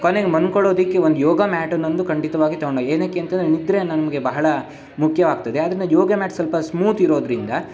ಕೊನೆಗೆ ಮಲ್ಕೊಳೊದಕ್ಕೆ ಒಂದು ಯೋಗ ಮ್ಯಾಟನ್ನೊಂದು ಖಂಡಿತವಾಗಿ ತಗೊಂಡೋಗಿ ಏನಕ್ಕೆ ಅಂತಂದರೆ ನಿದ್ರೆ ನಮಗೆ ಬಹಳ ಮುಖ್ಯವಾಗ್ತದೆ ಆದ್ದರಿಂದ ಯೋಗ ಮ್ಯಾಟ್ ಸ್ವಲ್ಪ ಸ್ಮೂತ್ ಇರೋದರಿಂದ